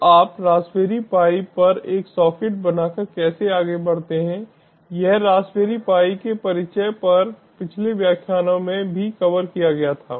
तो आप Raspberry Pi पर एक सॉकेट बनाकर कैसे आगे बढ़ते हैं यह रासबेरी पाई के परिचय पर पिछले व्याख्यानों में भी कवर किया गया था